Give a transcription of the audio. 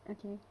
okay